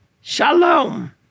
Shalom